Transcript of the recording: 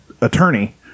attorney